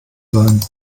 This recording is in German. sein